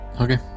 Okay